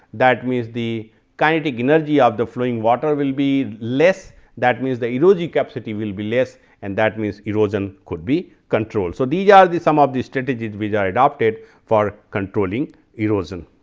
that means, the kinetic energy of the flowing water will be less that means, the erosive capacity will be less and that means, erosion could be controlled. so, these yeah are the sum of the strategies which are adopted for controlling erosion.